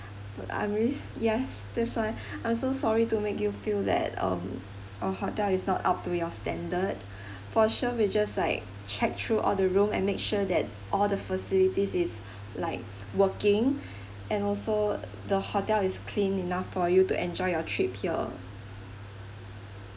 I'm really yes that's why I'm so sorry to make you feel that um our hotel is not up to your standard for sure we'll just like check through all the room and make sure that all the facilities is like working and also the hotel is clean enough for you to enjoy your trip here